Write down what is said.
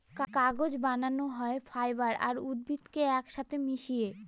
কাগজ বানানো হয় ফাইবার আর উদ্ভিদকে এক সাথে মিশিয়ে